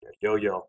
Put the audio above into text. yo-yo